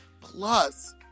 plus